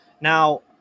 Now